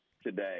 today